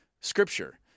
Scripture